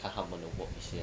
看他们的 work 一下